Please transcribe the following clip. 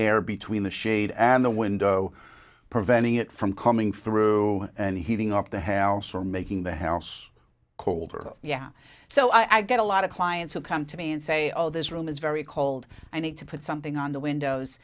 air between the shade and the window preventing it from coming through and heating up the house or making the house colder yeah so i get a lot of clients who come to me and say oh this room is very cold i need to put something on the windows